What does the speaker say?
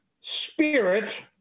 spirit